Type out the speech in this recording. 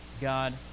God